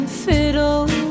fiddle